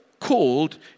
called